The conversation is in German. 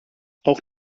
auch